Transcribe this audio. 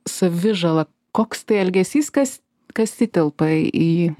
savižalą koks tai elgesys kas kas įtelpa į jį